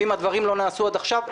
אם הדברים לא נעשו עד עכשיו,